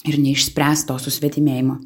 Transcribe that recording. ir neišspręsto susvetimėjimo